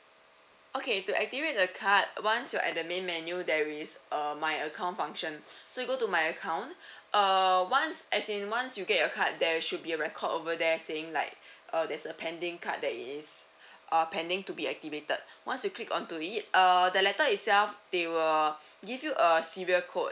okay to activate the card once you are at the main menu there is uh my account function so you go to my account uh once as in once you get your card there should be a record over there saying like uh there's a pending card there is ah pending to be activated once you click on to it uh the letter itself they will uh give you a serial code